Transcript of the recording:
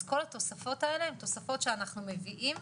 אז כל התוספות האלה הן תוספות שאנחנו מביאים,